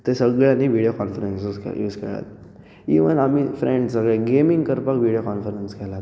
ते सगळ्यांनी video conference use use केलात इवन आमी फ्रँड्स सगळे गेमींग करपाक विडयो कॉनफरन्स केलात